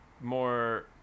more